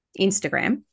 Instagram